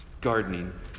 gardening